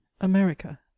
america